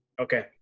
Okay